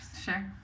Sure